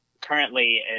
currently